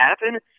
happen